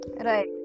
right